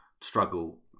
struggle